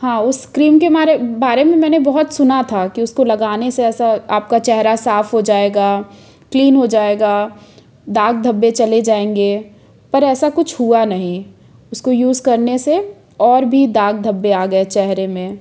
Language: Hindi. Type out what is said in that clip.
हाँ उस क्रीम के मारे बारे में मैंने बहुत सुना था कि उसको लगाने से ऐसा आपका चेहरा साफ हो जाएगा क्लीन हो जाएगा दाग धब्बे चले जाएंगे पर ऐसा कुछ हुआ नहीं उसको यूज़ करने से और भी दाग धब्बे आ गए चेहरे में